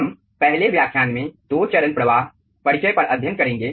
हम पहले व्याख्यान में दो चरण प्रवाह परिचय पर अध्ययन करेंगे